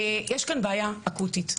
יש כאן בעיה אקוטית,